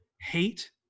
hate